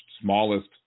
smallest